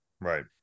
Right